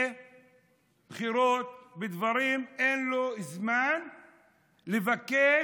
בבחירות, בדברים, אין להם זמן לבקש